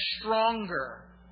stronger